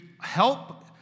help